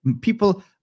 people